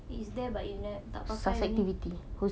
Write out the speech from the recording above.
is there but you ne~ tak pakai ni